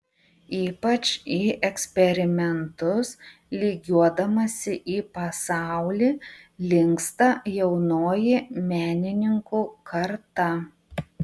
ypač į eksperimentus lygiuodamasi į pasaulį linksta jaunoji menininkų karta